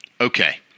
Okay